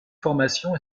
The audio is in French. formations